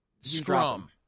scrum